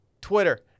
Twitter